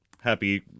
happy